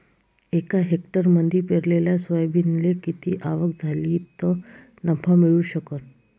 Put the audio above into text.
एका हेक्टरमंदी पेरलेल्या सोयाबीनले किती आवक झाली तं नफा मिळू शकन?